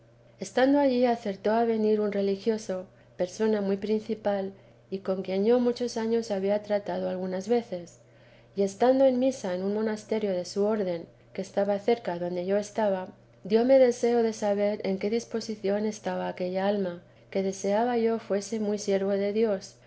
estando allí acertó a venir un religioso per muy principal y con quien yo muchos años había trat algunas veces y estando en misa en un monasterio de su orden que estaba cerca adonde yo estaba dióme deseo de saber en qué disposición estaba aquel alma que deseaba yo fuese muy siervo de dios